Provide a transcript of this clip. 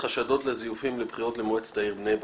חשדות לזיופים לבחירות למועצת העיר בני ברק.